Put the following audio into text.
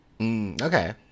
Okay